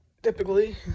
typically